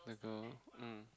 the girl mm